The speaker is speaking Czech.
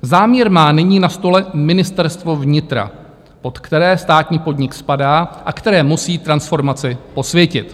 Záměr má nyní na stole Ministerstvo vnitra, pod které státní podnik spadá a které musí transformaci posvětit.